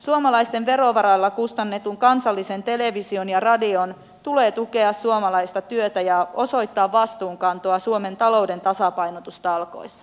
suomalaisten verovaroilla kustannusten kansallisen television ja radion tulee tukea suomalaista työtä ja osoittaa vastuunkantoa suomen talouden tasapainotustalkoissa